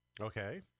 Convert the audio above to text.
Okay